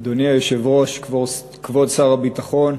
אדוני היושב-ראש, כבוד שר הביטחון,